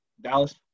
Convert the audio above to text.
Dallas